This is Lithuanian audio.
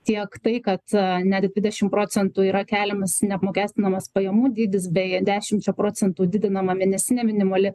tiek tai kad net dvidešim procentų yra keliamas neapmokestinamas pajamų dydis bei dešimčia procentų didinama mėnesinė minimali